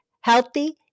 healthy